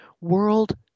World